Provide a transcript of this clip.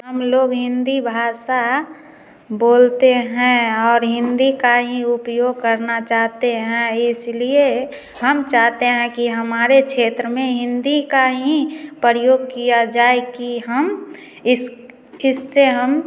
हम लोग हिंदी भाषा बोलते हैं और हिंदी का ही उपयोग करना चाहते हैं इसलिए हम चाहते हैं कि हमारे क्षेत्र में हिंदी का ही प्रयोग जाए की हम किससे हम